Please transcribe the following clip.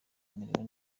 amerewe